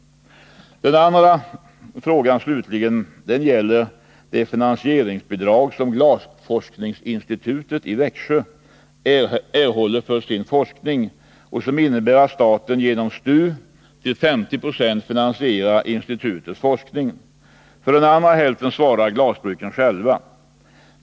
Den andra frågan slutligen gäller det finansieringsbidrag som Glasforskningsinstitutet i Växjö erhåller för sin forskning, vilket innebär att staten genom STU till 50 96 finansierar institutets forskning. För den andra hälften svarar glasbruken själva.